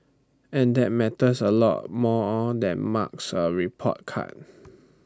and that matters A lot more or than marks A report card